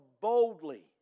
boldly